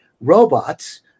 robots